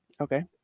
okay